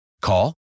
Call